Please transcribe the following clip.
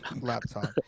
laptop